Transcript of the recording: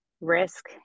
risk